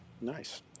Nice